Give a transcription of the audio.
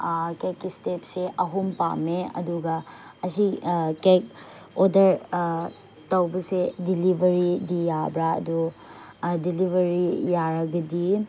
ꯀꯦꯛꯀꯤ ꯏꯁꯇꯦꯞꯁꯦ ꯑꯍꯨꯝ ꯄꯥꯝꯃꯦ ꯑꯗꯨꯒ ꯑꯁꯤ ꯀꯦꯛ ꯑꯣꯗꯔ ꯇꯧꯕꯁꯦ ꯗꯤꯂꯤꯕꯔꯤꯗꯤ ꯌꯥꯕ꯭ꯔꯥ ꯑꯗꯣ ꯗꯤꯂꯤꯕꯔꯤ ꯌꯥꯔꯒꯗꯤ